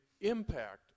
impact